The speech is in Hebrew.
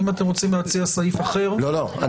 אם אתם רוצים להציע סעיף אחר --- לא, לא.